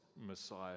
Messiah